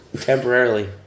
Temporarily